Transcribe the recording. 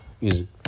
Easy